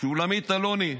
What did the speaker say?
שולמית אלוני,